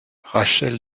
rachel